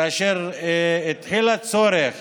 כאשר התחיל הצורך